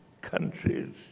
countries